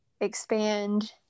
expand